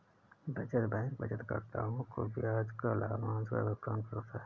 बचत बैंक बचतकर्ताओं को ब्याज या लाभांश का भुगतान करता है